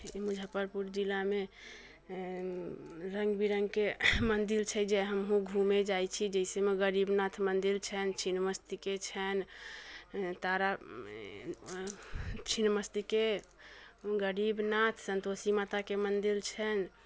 मुजफ्फरपुर जिलामे रङ्ग बिरङ्गके मन्दिर छै जे हमहुँ घुमै जाइ छी जिसमे गरीबनाथ मन्दिर छनि छिन्नमस्तिका छनि तारा छिन्नमस्तिका गरीबनाथ सन्तोषी माताके मन्दिर छनि